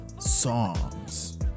songs